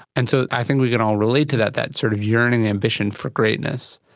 and so i think we can all relate to that, that sort of yearning ambition for greatness.